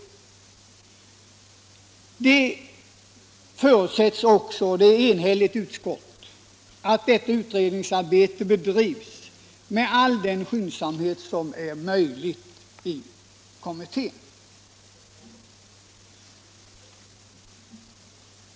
Det förutsätts också att utredningsarbetet skall bedrivas med all den skyndsamhet som är möjlig av kommittén.